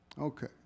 Okay